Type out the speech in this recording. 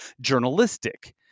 journalistic